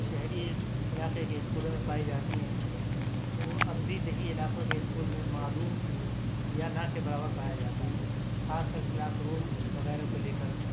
شہری علاقے کے اسکولوں میں پائی جاتی ہیں وہ اب بھی دیہی علاقوں کے اسکول میں معدوم یا نا کہ برابر پایا جاتا ہے خاص کر کلاس روم وغیرہ کو لے کر